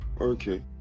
okay